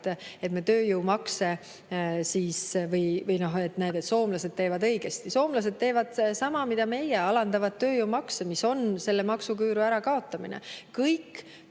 et me tööjõumakse … Või et soomlased teevad õigesti. Soomlased teevad sama, mida meie – alandavad tööjõumakse, mis on selle maksuküüru ärakaotamine. Kõik